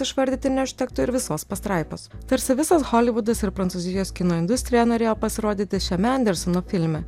išvardyti neužtektų ir visos pastraipos tarsi visas holivudas ir prancūzijos kino industrija norėjo pasirodyti šiame andersono filme